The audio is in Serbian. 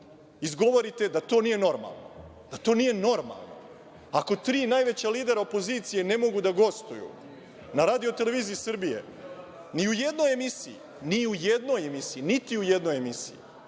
izgovorite da to nije normalno? Da to nije normalno ako tri najveća lidera opozicije ne mogu da gostuju na RTS, ni u jednoj emisiji, niti u jednoj emisiji?